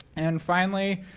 and finally,